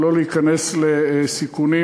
ולא להיכנס לסיכונים